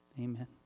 amen